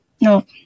no